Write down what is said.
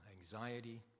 anxiety